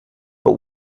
but